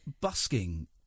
busking